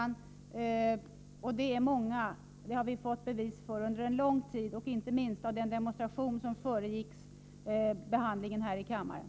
Det är många som har engagerat sig i saken och det har vi fått bevis på under en lång tid — inte minst av den demonstration som föregick behandlingen i kammaren.